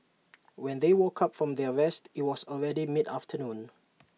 when they woke up from their rest IT was already mid afternoon